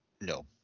No